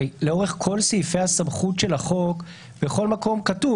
לאורך כל סעיפי הסמכות של החוק, בכל מקום כתוב.